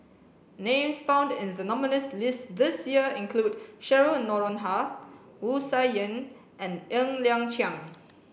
names found in the nominees list this year include Cheryl Noronha Wu Tsai Yen and Ng Liang Chiang